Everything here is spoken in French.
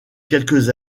quelques